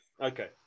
Okay